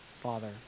Father